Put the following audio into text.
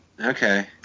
Okay